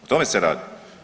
O tome se radi.